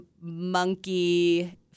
monkey